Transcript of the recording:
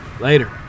Later